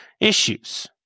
issues